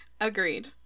Agreed